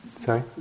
Sorry